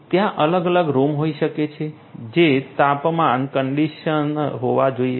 ત્યાં અલગ અલગ રૂમ હોઈ શકે છે જે તાપમાન કન્ડિશન્ડ હોવા જોઈએ